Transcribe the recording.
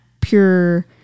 pure